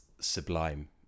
Sublime